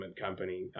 company